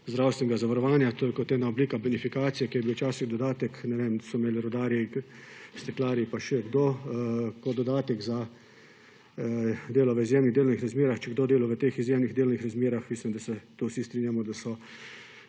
zdravstvenega zavarovanja. To je kot ena oblika bonifikacije, ki je bila včasih dodatek, ne vem, so imeli rudarji, steklarji in še kdo kot dodatek za delo v izjemnih delovnih razmerah. Če je kdo delal v teh izjemnih delovnih razmerah. Mislim, da se s tem vsi strinjamo, da so